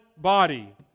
body